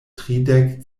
tridek